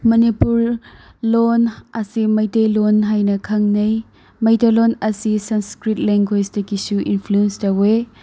ꯃꯅꯤꯄꯨꯔ ꯂꯣꯟ ꯑꯁꯤ ꯃꯩꯇꯩ ꯂꯣꯟ ꯍꯥꯏꯅ ꯈꯪꯅꯩ ꯃꯩꯇꯩ ꯂꯣꯟ ꯑꯁꯤ ꯁꯪꯁꯀ꯭ꯔꯤꯠ ꯂꯦꯟꯒꯨꯋꯦꯖꯇꯥꯒꯤꯁꯨ ꯏꯟꯐ꯭ꯂꯨꯟꯁ ꯇꯧꯏ